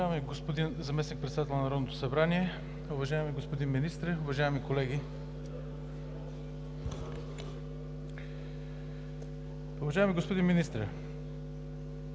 Уважаеми господин Заместник-председател на Народното събрание, уважаеми господа министри, уважаеми колеги! Уважаеми господин Министър,